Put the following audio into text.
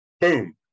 Boom